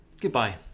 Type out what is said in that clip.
goodbye